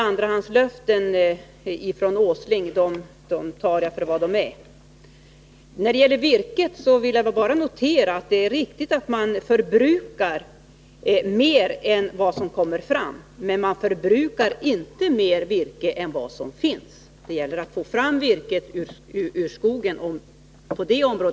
Andrahandslöften från Nils Åsling tar jag för vad de är. När det gäller virket vill jag notera att det är riktigt att det förbrukas mer än vad som kommer fram. Men det förbrukas inte mer än vad som finns. Det gäller att få fram virket ur skogen!